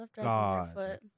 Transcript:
god